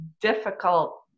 difficult